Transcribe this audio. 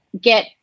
get